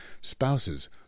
Spouses